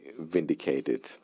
vindicated